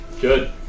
Good